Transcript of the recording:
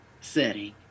setting